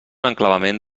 enclavament